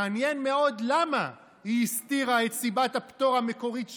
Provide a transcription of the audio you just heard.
מעניין מאוד למה היא הסתירה את סיבת הפטור המקורית שלה,